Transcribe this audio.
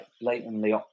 blatantly